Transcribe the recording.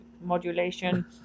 modulation